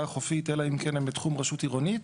החופית אלא אם כן הם בתחום רשות עירונית,